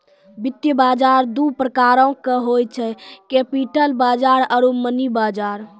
वित्त बजार दु प्रकारो के होय छै, कैपिटल बजार आरु मनी बजार